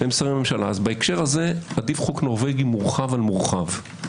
בהקשר הזה עדיף חוק נורבגי מורחב על מורחב,